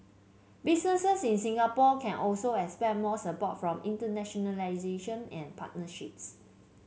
businesses in Singapore can also expect more support for internationalisation and partnerships